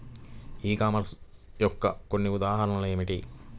ఈ కామర్స్ యొక్క కొన్ని ఉదాహరణలు ఏమిటి?